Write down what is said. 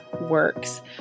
works